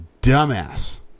dumbass